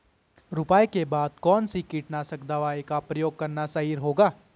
रुपाई के बाद कौन सी कीटनाशक दवाई का प्रयोग करना सही रहेगा?